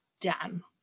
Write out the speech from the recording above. done